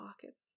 pockets